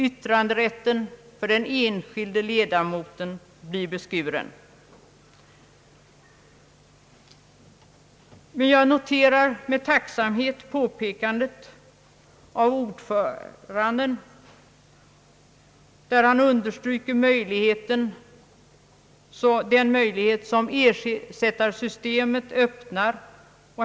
Yttranderätten för den enskilde ledamoten blir beskuren. Men jag noterar med tacksamhet påpekandet av ordföranden i utskottet när han understryker den möjlighet som ersättarsystemet öppnar.